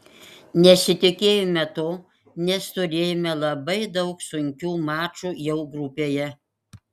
nesitikėjome to nes turėjome labai daug sunkių mačų jau grupėje